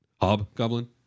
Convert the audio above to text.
hobgoblin